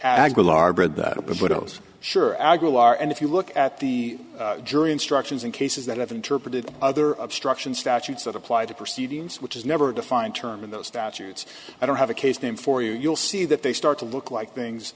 aguilar and if you look at the jury instructions in cases that have interpreted other obstruction statutes that apply to proceedings which is never a defined term in those statutes i don't have a case name for you you'll see that they start to look like things